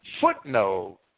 footnote